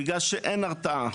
בגלל שאין הרתעה,